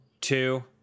two